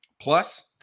Plus